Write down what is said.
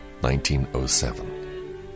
1907